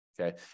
okay